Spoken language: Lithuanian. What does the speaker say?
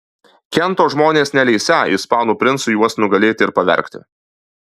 kento žmonės neleisią ispanų princui juos nugalėti ir pavergti